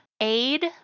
Aid